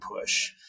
push